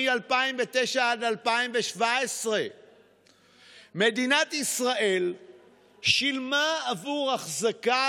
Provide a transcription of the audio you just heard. מ-2009 עד 2017. מדינת ישראל שילמה עבור אחזקה